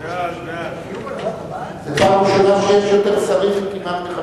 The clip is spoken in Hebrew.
ההצעה להעביר את הצעת חוק בנק ישראל,